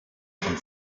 von